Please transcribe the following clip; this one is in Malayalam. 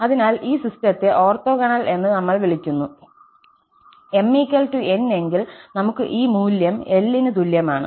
അതിനാൽ ഈ സിസ്റ്റത്തെ ഓർത്തോഗണൽ എന്ന് നമ്മൾ വിളിക്കുന്നു m n എങ്കിൽ നമുക്ക് ഈ മൂല്യം l ന് തുല്യമാണ്